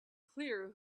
clear